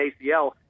ACL